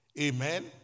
Amen